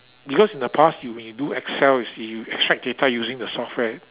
because in the past you may do Excel you see you extract data using the software